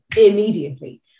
immediately